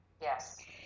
Yes